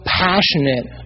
passionate